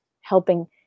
helping